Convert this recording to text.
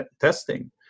testing